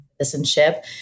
citizenship